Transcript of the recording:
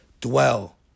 dwell